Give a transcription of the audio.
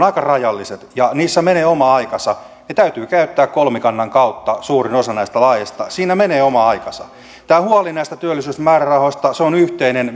aika rajalliset ja niissä menee oma aikansa ja täytyy käyttää kolmikannan kautta suurin osa näistä laeista siinä menee oma aikansa tämä huoli näistä työllisyysmäärärahoista on yhteinen